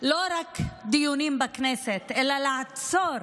לא רק דיונים בכנסת, אלא לעצור